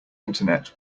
internet